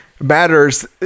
matters